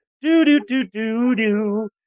Do-do-do-do-do